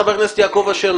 חבר הכנסת יעקב אשר,